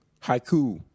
Haiku